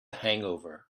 hangover